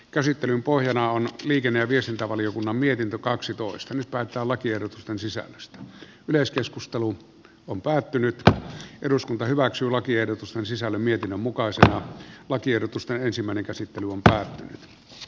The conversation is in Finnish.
käsittelyn pohjana on liikenne ja viestintävaliokunnan mietintö kaksitoista nyt patalakiehdotusten sisällöstä yleiskeskustelu on päättynyt tätä eduskunta hyväksyy lakiehdotus on sisällön mietinnön mukaiset lakiehdotusta ensimmäinen käsittely on päättynyt